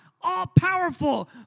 all-powerful